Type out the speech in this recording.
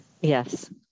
Yes